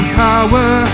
power